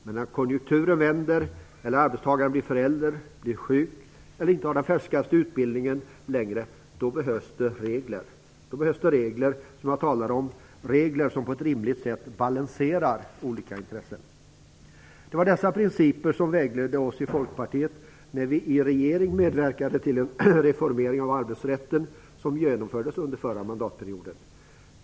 Men när konjunkturen vänder, eller när arbetstagaren blir förälder, blir sjuk eller inte har den färskaste utbildningen längre - då behövs det regler. Då behövs de regler som jag talar om, regler som på ett rimligt sätt balanserar olika intressen. Det var dessa principer som vägledde oss i Folkpartiet när vi i regering medverkade till den reformering av arbetsrätten som genomfördes under förra mandatperioden.